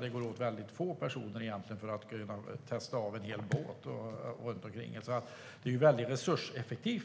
Det går åt så få personer för att testa en hel båt. Därför är detta mycket resurseffektivt.